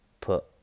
put